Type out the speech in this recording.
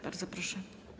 Bardzo proszę.